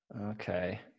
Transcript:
Okay